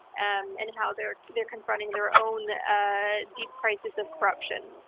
and and how they're they're confronting their own ah deep crisis of corruption.